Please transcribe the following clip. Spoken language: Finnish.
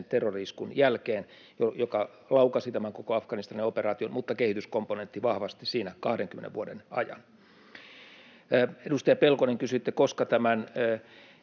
terrori-iskun jälkeen, joka laukaisi tämän koko Afganistanin operaation, mutta kehityskomponentti vahvasti siinä 20 vuoden ajan. Edustaja Pelkonen, kysyitte, koska tämän